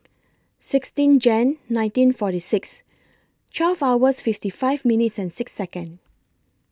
sixteen Jan nineteen forty six twelve hours fifty five minutes and six Second